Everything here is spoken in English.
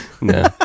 No